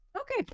okay